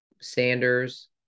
Sanders